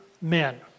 men